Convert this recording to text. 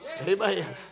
Amen